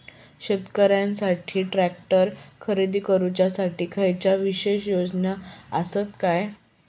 शेतकऱ्यांकसाठी ट्रॅक्टर खरेदी करुच्या साठी खयच्या विशेष योजना असात काय?